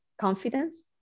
confidence